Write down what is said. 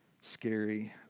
scary